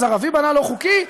אז ערבי בנה לא חוקי,